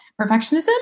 perfectionism